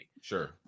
Sure